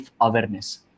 awareness